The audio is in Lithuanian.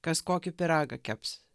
kas kokį pyragą keps